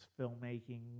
filmmaking